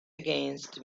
against